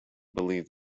believe